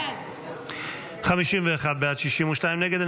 62 נגד.